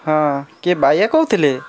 ହଁ କିଏ ବାୟା କହୁଥିଲେ